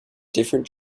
different